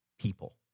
people